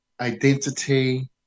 identity